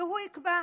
שהוא יקבע.